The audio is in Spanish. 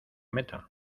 meta